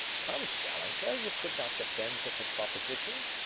come, challenger, you could not defend such a proposition.